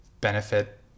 benefit